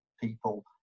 people